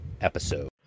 episode